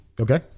Okay